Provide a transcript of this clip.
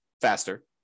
faster